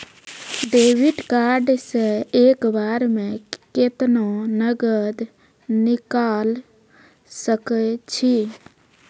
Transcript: Debit card से एक बार मे केतना नगद निकाल सके छी?